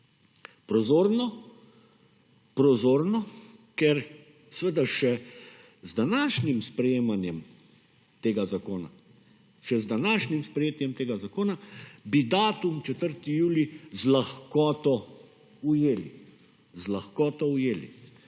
ujeti. Prozorno, ker seveda še z današnjim sprejemanjem tega zakona, še z današnjim sprejetjem tega zakona, bi datum 4. julij z lahkoto ujeli, z lahkoto ujeli.